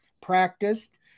practiced